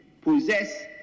possess